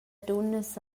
dunnas